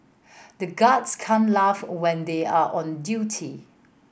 the guards can't laugh when they are on duty